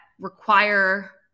require